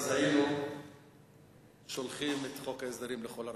היינו שולחים את חוק ההסדרים לכל הרוחות.